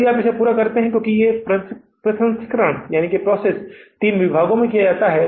यदि आप इसे पूरा करते हैं क्योंकि प्रसंस्करण तीन विभागों में किया जा सकता है